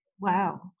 Wow